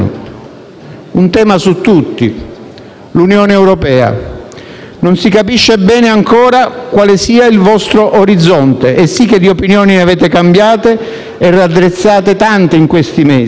Un tema su tutti: l'Unione europea. Non si capisce bene ancora quale sia il vostro orizzonte, e sì che di opinioni ne avete cambiate e raddrizzate tante in questi mesi.